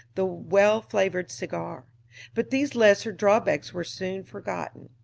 the well-flavored cigar but these lesser drawbacks were soon forgotten.